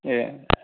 ए